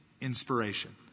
inspiration